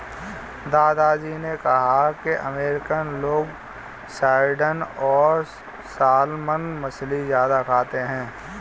दादा जी ने कहा कि अमेरिकन लोग सार्डिन और सालमन मछली ज्यादा खाते हैं